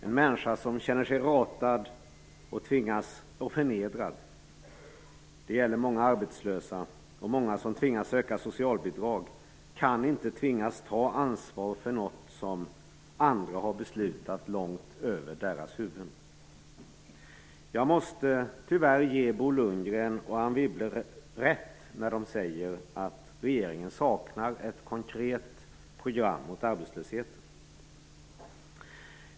En människa som känner sig ratad och förnedrad - det gäller många arbetslösa och många som tvingas söka socialbidrag - kan inte tvingas ta ansvar för något som andra har beslutat långt över deras huvuden. Jag måste tyvärr ge Bo Lundgren och Anne Wibble rätt när de säger att regeringen saknar ett konkret program mot arbetslösheten.